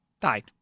died